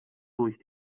durch